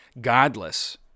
godless